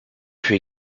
fut